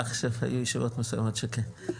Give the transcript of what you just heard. עכשיו היו ישיבות מסוימות שכן,